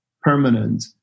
permanent